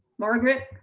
margaret.